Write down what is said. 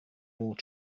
more